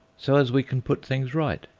so as we can put things right,